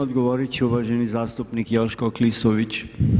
Odgovorit će uvaženi zastupnik Joško Klisović.